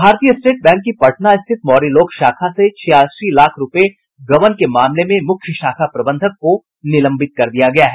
भारतीय state bank की पटना स्थित मौर्यलोक शाखा से छियासी लाख रूपये गबन के मामले में मुख्य शाखा प्रबंधक को निलंबित कर दिया गया है